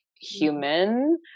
human